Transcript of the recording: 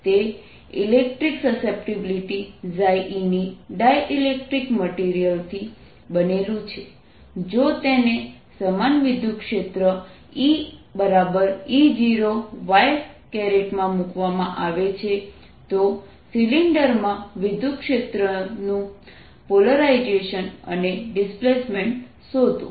તે electric susceptibility eની dielectric મટિરિયલથી બનેલું છે જો તેને સમાન વિદ્યુતક્ષેત્ર EE0y માં મૂકવામાં આવે છે તો સિલિન્ડરમાં વિદ્યુતક્ષેત્રનું પોલરાઇઝેશન અને ડિસ્પ્લેસમેન્ટ શોધો